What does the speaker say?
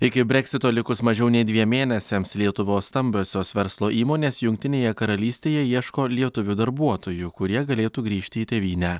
iki breksito likus mažiau nei dviem mėnesiams lietuvos stambiosios verslo įmonės jungtinėje karalystėje ieško lietuvių darbuotojų kurie galėtų grįžti į tėvynę